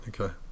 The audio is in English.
Okay